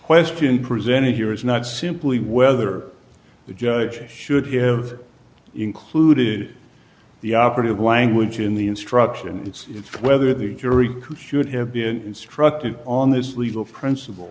question presented here is not simply whether the judge should have included the operative language in the instruction it's whether the jury should have been instructed on this legal principle